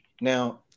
Now